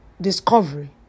discovery